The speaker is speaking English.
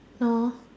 no